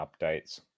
updates